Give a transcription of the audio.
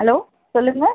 hello சொல்லுங்கள்